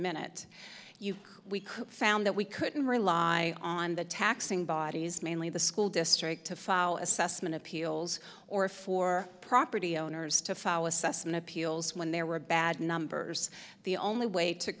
minute you we could found that we couldn't rely on the taxing bodies mainly the school district to file assessment appeals or for property owners to follow assessment appeals when there were bad numbers the only way to